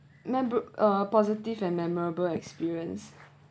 memor~ uh positive and memorable experience